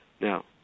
Now